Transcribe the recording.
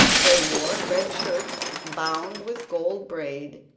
they wore red shirts bound with gold braid,